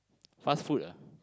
fast food ah